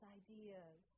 ideas